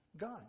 God